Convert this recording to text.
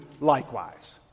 likewise